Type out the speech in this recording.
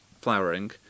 flowering